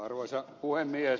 arvoisa puhemies